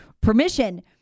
permission